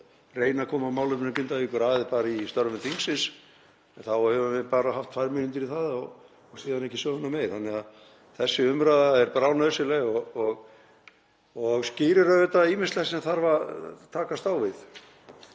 reyna að koma málefnum Grindavíkur að í störfum þingsins en þá höfum við bara haft tvær mínútur í það og síðan ekki söguna meir, þannig að þessi umræða er bráðnauðsynleg og skýrir auðvitað ýmislegt sem þarf að takast á við.